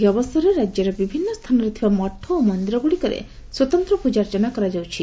ଏହି ଅବସରରେ ରାଜ୍ୟର ବିଭିନ୍ନ ସ୍ରାନରେ ଥିବା ମଠ ଓ ମନ୍ଦିର ଗୁଡ଼ିକରେ ସ୍ୱତନ୍ତ ପୂଜାର୍ଚ୍ଚନା କରାଯାଉଛି